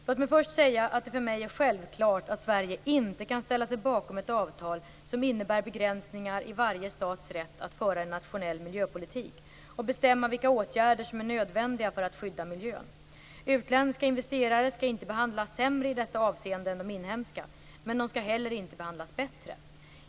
Låt mig först säga att det för mig är självklart att Sverige inte kan ställa sig bakom ett avtal som innebär begränsningar i varje stats rätt att föra en nationell miljöpolitik och bestämma vilka åtgärder som är nödvändiga för att skydda miljön. Utländska investerare skall inte behandlas sämre i detta avseende än de inhemska, men de skall heller inte behandlas bättre.